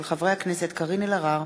של חברי הכנסת קארין אלהרר,